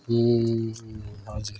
ए हजुर